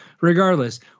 regardless